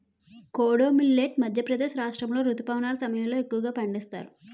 kodo millet Madhya Pradesh రాష్ట్రాములో రుతుపవనాల సమయంలో ఎక్కువగా పండిస్తారు